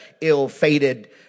ill-fated